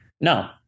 No